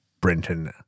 Brenton